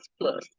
plus